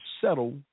settle